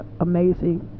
amazing